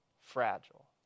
fragile